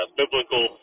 biblical